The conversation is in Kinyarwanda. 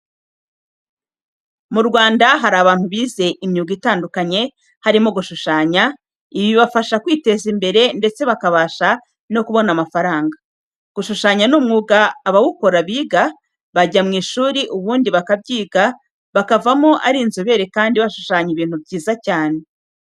Mu Rwanda hari abantu bize imyuga itandukanye harimo no gushushanya, ibi bibafasha kwiteza imbere ndetse bakabasha no kubona amafaranga. Gushushanya ni umwuga abawukora biga, bajya mu ishuri ubundi bakabyiga bakavamo ari inzobere kandi bashushanya ibintu byiza cyane.